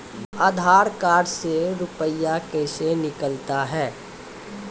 आधार कार्ड से रुपये कैसे निकलता हैं?